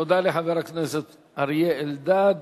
תודה לחבר הכנסת אריה אלדד.